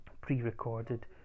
pre-recorded